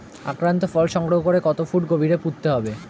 আক্রান্ত ফল সংগ্রহ করে কত ফুট গভীরে পুঁততে হবে?